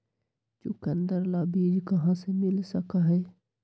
चुकंदर ला बीज कहाँ से मिल सका हई?